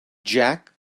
jack